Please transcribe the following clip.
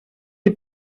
est